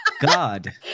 God